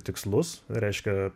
tikslus reiškia